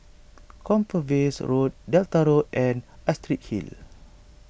Compassvale Road Delta Road and Astrid Hill